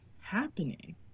happening